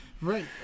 Right